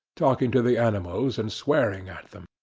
talking to the animals and swearing at them.